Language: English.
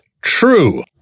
true